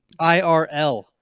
IRL